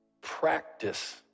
Practice